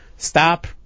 Stop